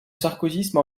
sarkozysme